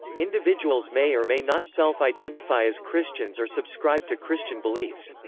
individuals may or may not self-identify as christians or subscribe to christian beliefs.